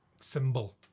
symbol